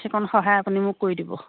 সেইকণ সহায় আপুনি মোক কৰি দিব